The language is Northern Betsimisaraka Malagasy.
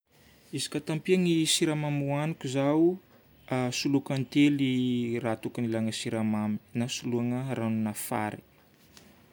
Izy koa te hampihegny siramamy hohahiko zaho: soloiko antely raha tokony hilana siramamy, na soloana ranona fary.